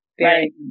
Right